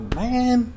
man